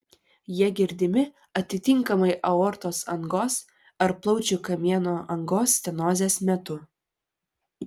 jie girdimi atitinkamai aortos angos ar plaučių kamieno angos stenozės metu